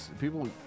people